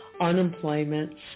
unemployment